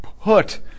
put